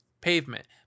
Pavement